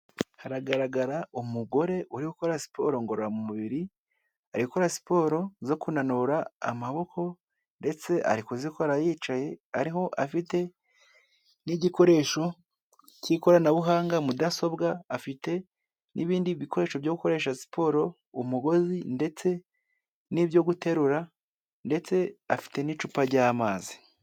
Haragaragara umugore uri gukora siporo ngororamubiri, ari gukora siporo zo kunanura amaboko ndetse ari kuzikora yicaye ariho afite n'igikoresho cy'ikoranabuhanga mudasobwa, afite n'ibindi bikoresho byo gukoresha siporo umugozi ndetse n'ibyo guterura, ndetse afite n'icupa ry'amazi.